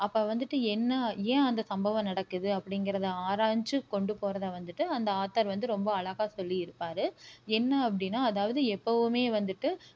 அப்போ வந்துவிட்டு என்ன ஏன் அந்த சம்பவம் நடக்குது அப்படிங்கிறத ஆராய்ஞ்சி கொண்டு போகிறத வந்துவிட்டு அந்த ஆத்தர் வந்து ரொம்ப அழகாக சொல்லி இருப்பார் என்ன அப்படினா அதாவது எப்போவுமே வந்துவிட்டு